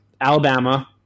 Alabama